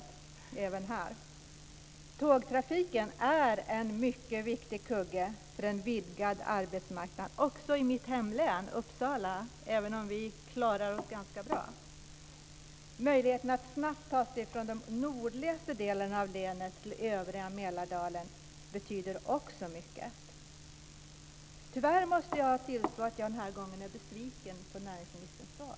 Tågtrafiken är en mycket viktig kugge för en vidgad arbetsmarknad också i mitt hemlän Uppsala, även om vi klarar oss ganska bra. Möjligheten att snabbt ta sig från den nordligaste delen i länet till övriga Mälardalen betyder också mycket. Tyvärr måste jag tillstå att jag den här gången är besviken på näringsministerns svar.